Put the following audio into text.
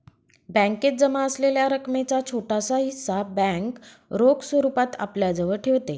बॅकेत जमा असलेल्या रकमेचा छोटासा हिस्सा बँक रोख स्वरूपात आपल्याजवळ ठेवते